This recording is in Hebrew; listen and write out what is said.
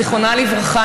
זיכרונה לברכה,